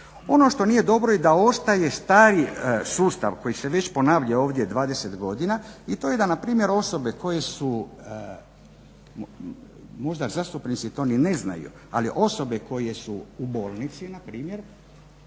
Ono što nije dobro i da ostaje taj sustav koji se već ponavlja ovdje 20 godina i to je da na primjer osobe koje su možda zastupnici to ni ne znaju, ali osobe koje su u bolnici na primjer